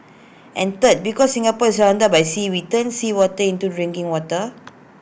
and third because Singapore is surrounded by sea we turn seawater into drinking water